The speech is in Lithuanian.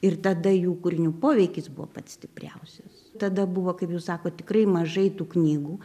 ir tada jų kūrinių poveikis buvo pats stipriausias tada buvo kaip jūs sakot tikrai mažai tų knygų